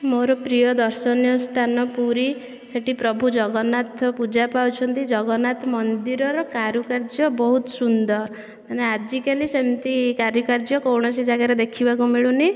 ମୋର ପ୍ରିୟ ଦର୍ଶନୀୟ ସ୍ଥାନ ପୁରୀ ସେଇଠି ପ୍ରଭୁ ଜଗନ୍ନାଥ ପୂଜା ପାଉଛନ୍ତି ଜଗନ୍ନାଥ ମନ୍ଦିରର କାରୁକାର୍ଯ୍ୟ ବହୁତ ସୁନ୍ଦର ମାନେ ଆଜିକାଲି ସେମିତି କରୁକାର୍ଯ୍ୟ କୌଣସି ଯାଗାରେ ଦେଖିବାକୁ ମିଳୁ ନାହିଁ